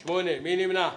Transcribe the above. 7 נמנעים,